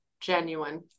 genuine